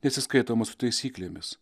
nesiskaitoma su taisyklėmis